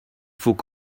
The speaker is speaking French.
faut